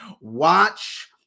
Watch